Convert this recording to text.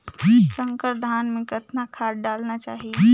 संकर धान मे कतना खाद डालना चाही?